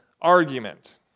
argument